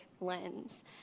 lens